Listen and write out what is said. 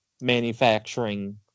manufacturing